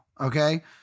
Okay